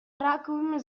раковыми